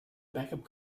backup